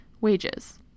wages